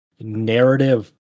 narrative